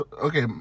okay